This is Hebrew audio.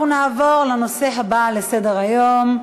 אנחנו נעבור לנושא הבא על סדר-היום: